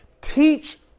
teach